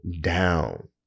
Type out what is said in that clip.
down